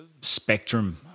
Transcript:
spectrum